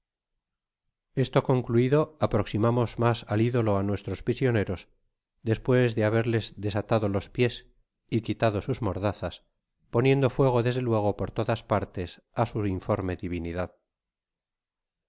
esto concluido aproximamos mas al ídolo á nuestros prisioneros despues de haberes desatado los pies y quitado sos mordazas poniendo fueg desde luego por todas partes á su informe divinidad